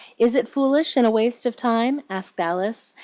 is it foolish and a waste of time? asked alice,